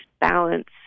balance